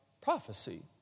prophecy